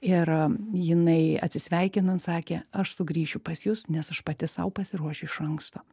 ir jinai atsisveikinant sakė aš sugrįšiu pas jus nes aš pati sau pasiruošiu iš anksto